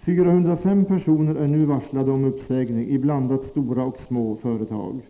405 personer är varslade om uppsägning — det gäller både stora och små företag.